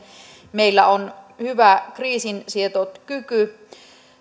meillä on hyvä kriisinsietokyky